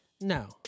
No